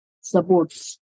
supports